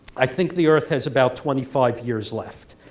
i think the earth has about twenty five years left,